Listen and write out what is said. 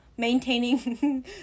Maintaining